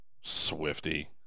Swifty